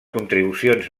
contribucions